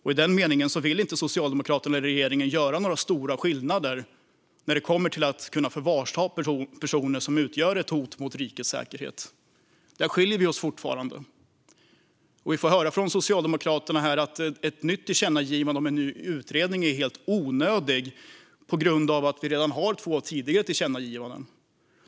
I den meningen vill inte Socialdemokraterna eller regeringen göra några stora ändringar när det kommer till att kunna förvarsta personer som utgör ett hot mot rikets säkerhet. Där skiljer vi oss fortfarande åt. Vi får höra från Socialdemokraterna här att ett tillkännagivande om en ny utredning är helt onödigt på grund av att vi redan tidigare har två tillkännagivanden.